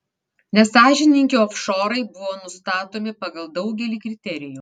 nesąžiningi ofšorai buvo nustatomi pagal daugelį kriterijų